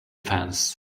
fence